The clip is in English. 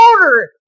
order